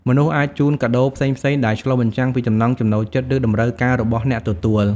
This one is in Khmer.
មនុស្សអាចជូនកាដូផ្សេងៗដែលឆ្លុះបញ្ចាំងពីចំណង់ចំណូលចិត្ត ឬតម្រូវការរបស់អ្នកទទួល។